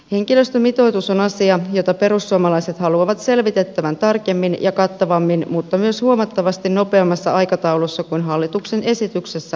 henkilöstömitoitus on asia jota perussuomalaiset haluavat selvitettävän tarkemmin ja kattavammin mutta myös huomattavasti nopeammassa aikataulussa kuin hallituksen esityksessä on kaavailtu